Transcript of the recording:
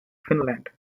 finland